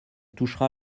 touchera